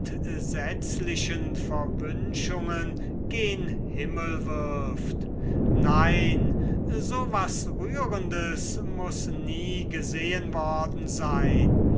entsetzlichen verwünschungen himmel wirft nein so was rührendes muß nie gesehen worden sein